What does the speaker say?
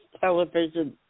television